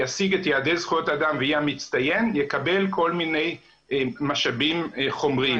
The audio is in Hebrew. שישיג את יעדי זכויות אדם ויהיה המצטיין יקבל כל מיני משאבים חומריים.